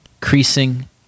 creasing